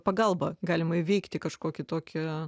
pagalba galima įveikti kažkį tokį